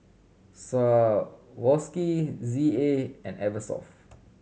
Swarovski Z A and Eversoft